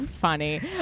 funny